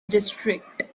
district